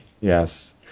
Yes